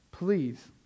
Please